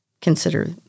consider